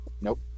Nope